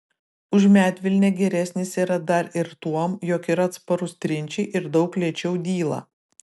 už medvilnę geresnis yra dar ir tuom jog yra atsparus trinčiai ir daug lėčiau dyla